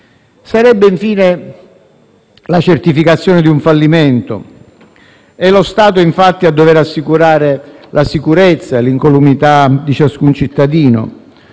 tratterebbe, infine, della certificazione di un fallimento. È lo Stato, infatti, a dover assicurare la sicurezza e l'incolumità di ciascun cittadino